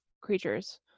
creatures